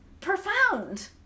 profound